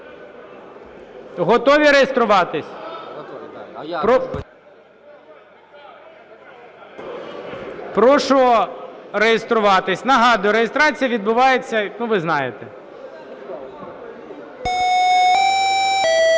Готові реєструватись? Прошу реєструватись. Нагадую: реєстрація відбувається... ну, ви знаєте.